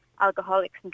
alcoholics